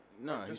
No